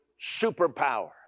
superpower